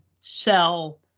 sell